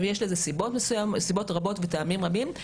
יש לזה סיבות רבות וטעמים רבים.